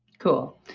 cool.